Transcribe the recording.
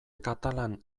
katalan